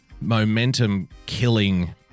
momentum-killing